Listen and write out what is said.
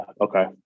Okay